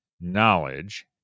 knowledge